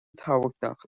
tábhachtach